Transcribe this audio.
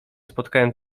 spotkałam